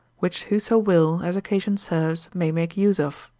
which whoso will, as occasion serves, may make use of.